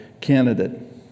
candidate